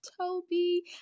toby